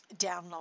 download